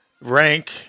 rank